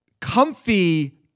comfy